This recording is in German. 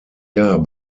jahr